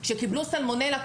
כשקיבלו סלמונלה,